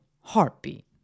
heartbeat